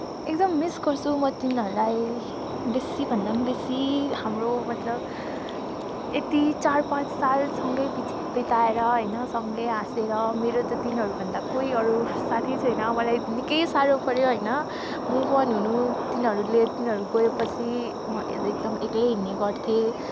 एकदम मिस गर्छु म तिनीहरूलाई बेसी भन्दा पनि बेसी हाम्रो मतलब यति चार पाँच साल सँगै बिताएर होइन सँगै हाँसेर मेरो त तिनीहरू भन्दा कोही अरू साथी छैन मलाई निकै साह्रो पऱ्यो होइन मुभ अन हुनु तिनीहरूले तिनीहरू गए पछि म एकदम एक्लै हिँडने गर्थेँ